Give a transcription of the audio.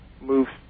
moves